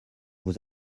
vous